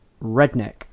Redneck